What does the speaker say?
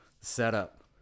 setup